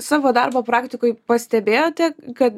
savo darbo praktikoj pastebėjote kad